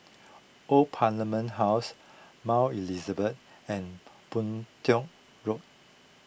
Old Parliament House Mount Elizabeth and Boon Tiong Road